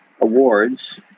awards